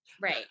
Right